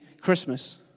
Christmas